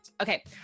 Okay